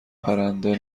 پرنده